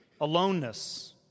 aloneness